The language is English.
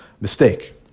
Mistake